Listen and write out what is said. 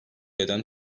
eden